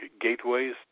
Gateways